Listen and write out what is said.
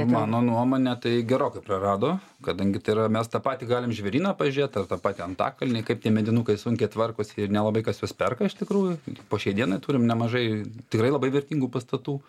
mano nuomone tai gerokai prarado kadangi tai yra mes tą patį galim į žvėryną pažiūrėt ar tą patį antakalnį kaip tie medinukai sunkiai tvarkosi ir nelabai kas juos perka iš tikrųjų po šiai dienai turim nemažai tikrai labai vertingų pastatų